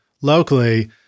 locally